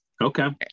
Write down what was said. okay